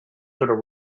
turtle